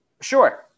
Sure